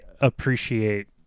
appreciate